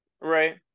Right